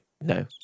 no